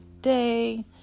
day